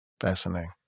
Fascinating